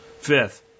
Fifth